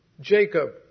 Jacob